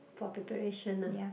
for preparation ah